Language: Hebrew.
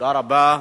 תודה רבה.